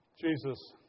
Jesus